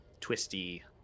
twisty